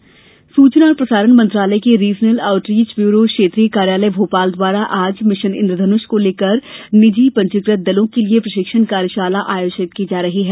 कार्यशाला सूचना और प्रसारण मंत्रालय के रीजनल आउटरीच ब्यूरो क्षेत्रीय कार्यालय भोपाल द्वारा आज मिशन इन्द्रेधनुष को लेकर निजी पंजीकृत दलों के लिए प्रशिक्षण कार्यशाला आयोजित की जा रही है